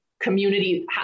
community